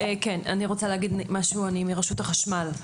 אני סמנכ"לית אסטרטגיה ברשות החשמל.